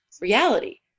reality